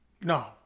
No